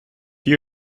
you